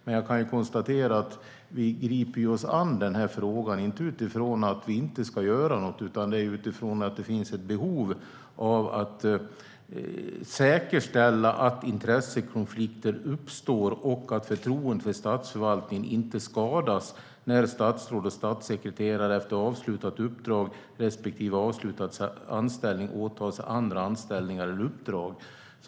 Men jag kan konstatera att vi griper oss an frågan inte utifrån att vi inte ska göra något utan utifrån att det finns ett behov av att "säkerställa att intressekonflikter inte uppstår och att förtroendet för statsförvaltningen inte skadas när statsråd och statssekreterare efter avslutat uppdrag respektive avslutad anställning åtar sig andra anställningar eller uppdrag".